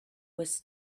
was